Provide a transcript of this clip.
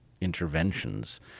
interventions